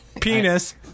Penis